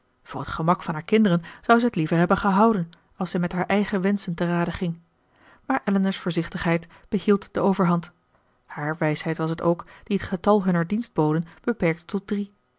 voor het gemak van haar kinderen zou zij het liever hebben gehouden als zij met haar eigen wenschen te rade ging maar elinor's voorzichtigheid behield de overhand hare wijsheid was het ook die het getal hunner dienstboden beperkte tot